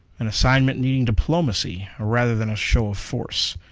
an assignment needing diplomacy rather than a show of force.